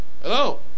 Hello